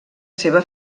seva